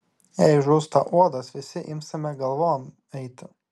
jei žūsta uodas visi imsime galvom eiti